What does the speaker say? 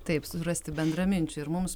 taip surasti bendraminčių ir mums